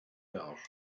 large